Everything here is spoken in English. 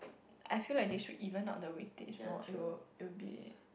I feel like they should even out the weightage more it will be it will be